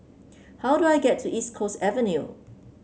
how do I get to East Coast Avenue